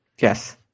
Yes